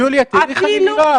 יוליה, תראי איך אני נראה.